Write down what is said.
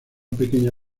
pequeña